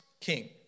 king